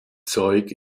zeug